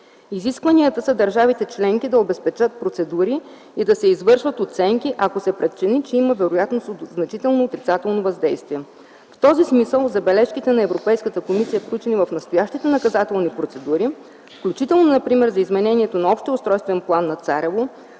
Изискванията са държавите членки да обезпечат процедури и да се извършат оценки, ако се прецени, че има вероятност от значително отрицателно въздействие. В този смисъл забележките на Европейската комисия, включени в настоящите наказателни процедури, включително например за изменението на общия устройствен план на Царево,